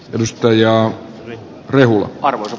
edustaja rehula arvoiset